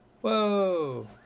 Whoa